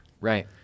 Right